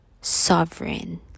sovereign